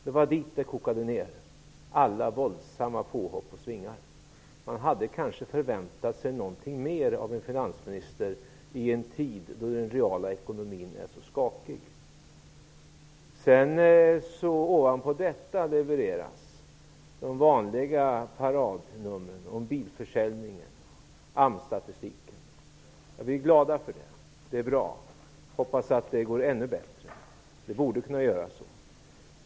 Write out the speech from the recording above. Det var dit hon kom med alla sina våldsamma påhopp och svingar. Man hade kanske förväntat sig något mer av en finansminister i en tid då den reala ekonomin är så skakig. Ovanpå detta levereras de vanliga paradnumren om bilförsäljningen och AMS-statistiken. Det är bra, och det är vi glada för. Jag hoppas att det kommer att gå ännu bättre, det borde det kunna göra.